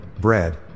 bread